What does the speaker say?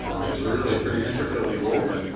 i mean, it's really pretty intricately woven.